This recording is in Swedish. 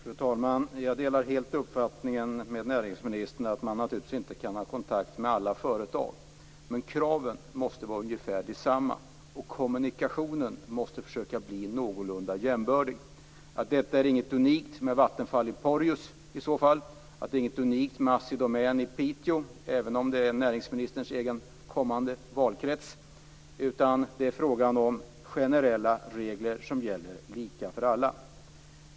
Fru talman! Jag delar helt näringsministerns uppfattning. Naturligtvis kan man inte ha kontakt med alla företag men kraven måste vara ungefär desamma. Dessutom måste man försöka göra så att kommunikationen blir någorlunda jämbördig. I så fall är det inget unikt med Vattenfall i Porjus eller med Assi Domän i Piteå - även om det är näringsministerns egen kommande valkrets. I stället är det fråga om generella regler som gäller lika för alla.